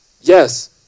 Yes